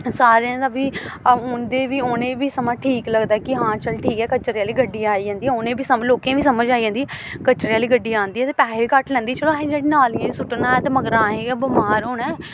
सारें दा बी उं'दे बी उ'नेंगी बी समा ठीक लगदा कि हां चल ठीक ऐ कचरे आह्ली गड्डी आई जंदी बी उ'नेंगी बी लोकें गी बी समझ आई जंदी कचरे आह्ली गड्डी आंदी ऐ ते पैहे घट्ट लैंदी चलो असें नालियें च सुट्टना ऐ ते मगर असें गै बमार होना ऐ